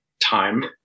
time